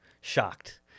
Shocked